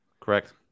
Correct